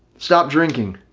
stop drinking.